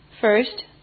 First